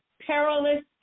perilous